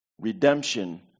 Redemption